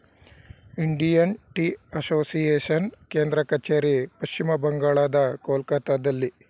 Indian tea association ಕೇಂದ್ರ ಕಚೇರಿ ಪಶ್ಚಿಮ ಬಂಗಾಳದ ಕೊಲ್ಕತ್ತಾದಲ್ಲಿ